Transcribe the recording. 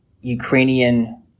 Ukrainian